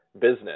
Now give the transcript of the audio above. business